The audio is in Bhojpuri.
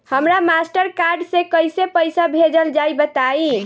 हमरा मास्टर कार्ड से कइसे पईसा भेजल जाई बताई?